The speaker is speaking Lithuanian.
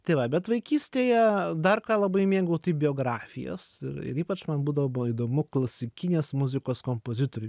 tai va bet vaikystėje dar labai mėgau tai biografijas ir ypač man būdavo buvo įdomu klasikinės muzikos kompozitorių